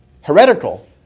heretical